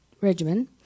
regimen